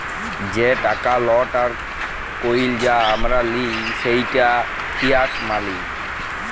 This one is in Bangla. যে টাকা লট আর কইল যা আমরা লিই সেট ফিয়াট মালি